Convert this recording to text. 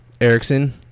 erickson